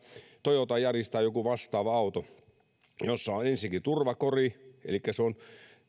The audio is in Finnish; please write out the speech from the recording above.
toyota yaris tai joku vastaava auto on ensinnäkin turvakori elikkä se on